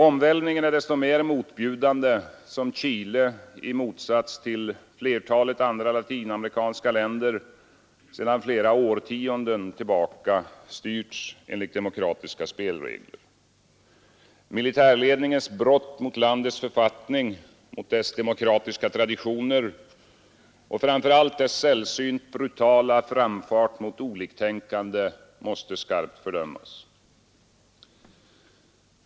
Omvälvningen är desto mer motbjudande som Chile i motsats till flertalet andra latinamerikanska länder sedan flera årtionden tillbaka styrts enligt demokratiska spelregler. Militärledningens brott mot landets författning och demokratiska traditioner och framför allt dess sällsynt brutala framfart mot oliktänkande måste skarpt fördömas.